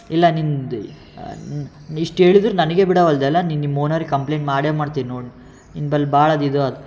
ಇಲ್ಲ ನಿಂದು ಇಷ್ಟು ಹೇಳಿದ್ರು ನನಗೆ ಬಿಡವಲ್ದಲ್ಲ ನಿನ್ನ ನಿಮ್ಮ ಓನರಿಗೆ ಕಂಪ್ಲೇಂಟ್ ಮಾಡಿಯೇ ಮಾಡ್ತೀನಿ ನೋಡು ನಿಂಬಳಿ ಭಾಳ ಇದು ಆಯ್ತು